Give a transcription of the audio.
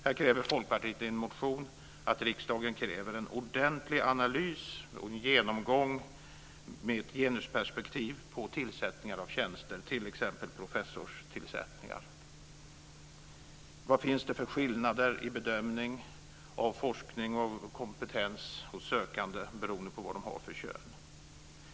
Folkpartiet kräver i en motion att riksdagen ska begära en ordentlig analys och genomgång med ett genusperspektiv på tillsättningar av tjänster, t.ex. professorstillsättningar. Vad finns det för skillnader i bedömning av forskning och kompetens hos sökande beroende på vilket kön de tillhör?